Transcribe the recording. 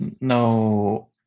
No